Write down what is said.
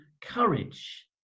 courage